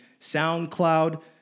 SoundCloud